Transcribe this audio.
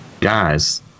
guys